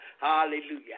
Hallelujah